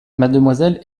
mademoiselle